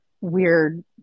weird